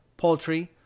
poultry,